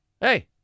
Hey